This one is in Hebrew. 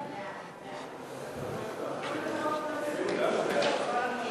ההצעה להעביר